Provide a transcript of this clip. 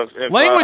Language